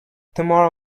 tomorrow